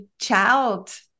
child